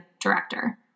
director